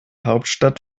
hauptstadt